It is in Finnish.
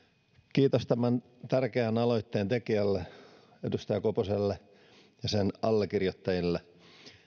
kiitos tämän tärkeän aloitteen tekijälle edustaja koposelle ja sen allekirjoittajille